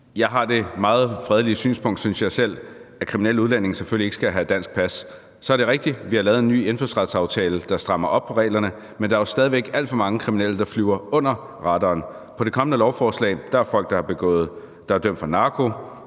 jeg selv, meget fredelige synspunkt, at kriminelle udlændinge selvfølgelig ikke skal have dansk pas. Så er det rigtigt, at vi har lavet en ny indfødsretsaftale, der strammer op på reglerne, men der er jo stadig væk alt for mange kriminelle, der flyver under radaren. På det kommende lovforslag er der folk, der er dømt for narkohandel,